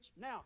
Now